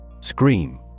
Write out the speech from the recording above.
Scream